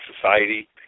society